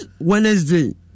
Wednesday